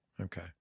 Okay